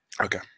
Okay